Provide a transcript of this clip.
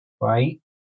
right